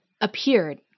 appeared